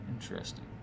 interesting